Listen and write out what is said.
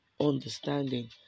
understanding